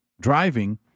driving